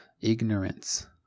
ignorance